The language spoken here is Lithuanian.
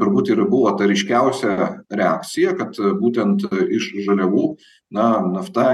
turbūt ir buvo ta ryškiausia reakcija kad būtent iš žaliavų na nafta